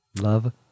Love